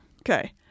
Okay